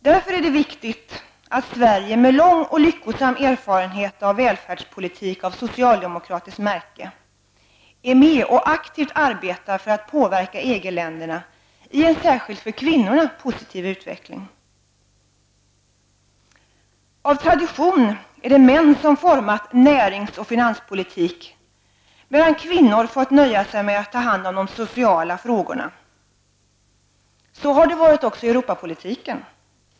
Därför är det viktigt att Sverige, med lång och lyckosam erfarenhet av välfärdspolitik av socialdemokratiskt märke, är med och aktivt arbetar för att påverka EG-länderna i en särskilt för kvinnorna positiv utveckling. Av tradition är det män som format närings och finanspolitik, medan kvinnor fått nöja sig med att ta hand om de sociala frågorna. Så har det varit också i Europapolitiken.